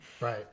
right